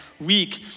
week